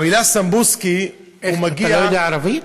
המילה "סמבוסקי" מגיעה, אתה לא יודע ערבית?